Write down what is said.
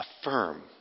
affirm